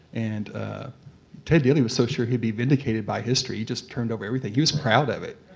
and ted dealey was so sure he'd be vindicated by history he just turned over everything. he was proud of it.